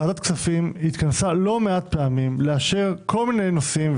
ועדת הכספים התכנסה לא מעט פעמים לאשר כל מיני נושאים,